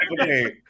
okay